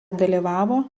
dalyvavo